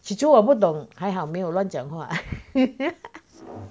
起初我不懂还好没有乱讲话